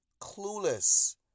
clueless